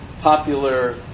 popular